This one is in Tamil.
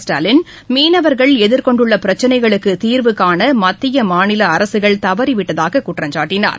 ஸ்டாலின் மீனவர்கள் எதிர்கொண்டுள்ளபிரச்சினைகளுக்குதீர்வுகாணமத்திய மாநிலஅரசுகள் தவறிவிட்டதாககுற்றம் சாட்டினார்